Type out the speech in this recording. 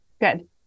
Good